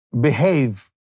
behave